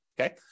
okay